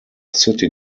city